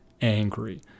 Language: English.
angry